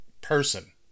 person